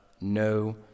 no